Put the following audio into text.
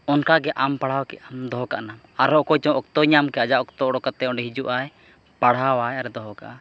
ᱚᱱᱠᱟ ᱜᱮ ᱟᱢ ᱯᱟᱲᱦᱟᱣ ᱠᱮᱫᱟᱢ ᱫᱚᱦᱚ ᱠᱮᱫᱟᱢ ᱟᱨᱦᱚᱸ ᱚᱠᱚᱭᱪᱚ ᱚᱠᱚᱛᱚᱭ ᱧᱟᱢᱠᱮᱫᱼᱟ ᱟᱡᱟᱜ ᱚᱠᱛᱚ ᱚᱰᱳᱠ ᱠᱟᱛᱮᱫ ᱚᱸᱰᱮ ᱦᱤᱡᱩᱜᱼᱟᱭ ᱯᱟᱲᱦᱟᱣᱟᱭ ᱟᱨᱮ ᱫᱚᱦᱚ ᱠᱟᱜᱼᱟ